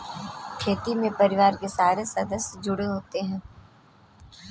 खेती में परिवार के सारे सदस्य जुड़े होते है